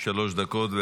שלוש דקות.